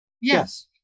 Yes